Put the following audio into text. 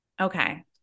okay